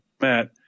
Matt